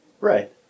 Right